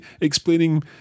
explaining